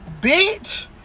Bitch